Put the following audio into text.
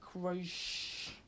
crush